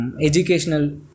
educational